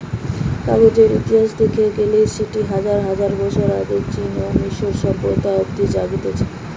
কাগজের ইতিহাস দেখতে গেইলে সেটি হাজার হাজার বছর আগে চীন এবং মিশরীয় সভ্যতা অব্দি জাতিছে